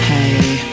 Hey